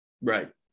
right